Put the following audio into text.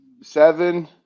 Seven